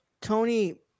tony